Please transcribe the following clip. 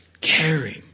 caring